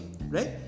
right